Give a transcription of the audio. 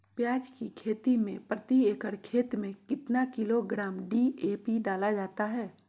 प्याज की खेती में प्रति एकड़ खेत में कितना किलोग्राम डी.ए.पी डाला जाता है?